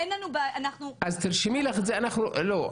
אנחנו --- לא,